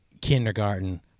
kindergarten